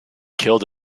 killed